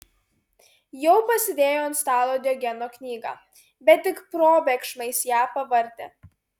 jau pasidėjo ant stalo diogeno knygą bet tik probėgšmais ją pavartė